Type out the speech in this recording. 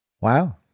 Wow